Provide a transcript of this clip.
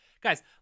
guys